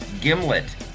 Gimlet